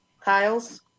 Kyles